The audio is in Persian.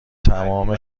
تمام